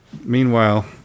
Meanwhile